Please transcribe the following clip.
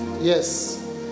Yes